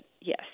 yes